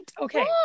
Okay